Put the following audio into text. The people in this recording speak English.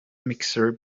mixer